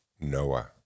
Noah